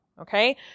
okay